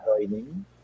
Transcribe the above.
joining